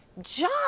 John